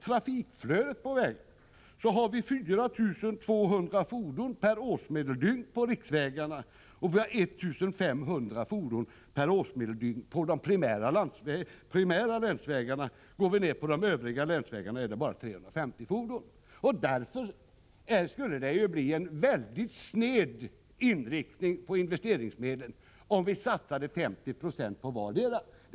Trafikflödet var 4 200 fordon per årsmedeldygn på riksvägarna och 1 500 fordon per årsmedeldygn på de primära länsvägarna. På övriga länsvägar var trafikflödet bara 350 fordon per årsmedeldygn. Det skulle bli en väldigt sned inriktning av investeringsmedlen, om vi satsade 50 26 på riksvägarna och 50 90 på länsvägarna.